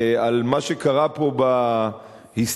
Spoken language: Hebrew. מה שקרה פה בהיסטוריה.